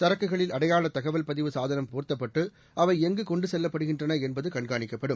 சரக்குகளில் அடையாள தகவல் பதிவு சாதனம் பொருத்தப்பட்டு அவை எங்கு கொண்டு செல்லட்படுகின்றன என்பது கண்காணிக்கப்படும்